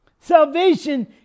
Salvation